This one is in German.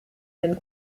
den